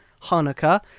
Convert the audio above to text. Hanukkah